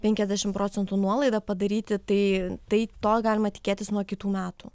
penkiasdešim procentų nuolaidą padaryti tai tai to galima tikėtis nuo kitų metų